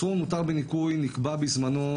הסכום המותר בניכוי נקבע בזמנו,